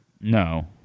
No